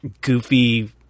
goofy